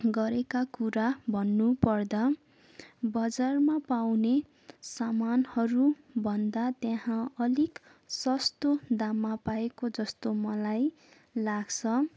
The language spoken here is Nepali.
गरेका कुरा भन्नु पर्दा बजारमा पाउने सामानहरू भन्दा त्यहाँ अलिक सस्तो दाममा पाएको जस्तो मलाई लाग्छ